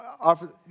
offer